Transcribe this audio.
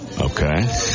Okay